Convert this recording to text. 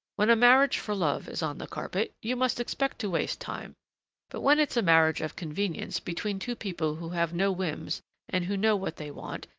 when a marriage for love is on the carpet, you must expect to waste time but when it's a marriage of convenience between two people who have no whims and who know what they want,